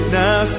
now